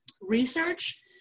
research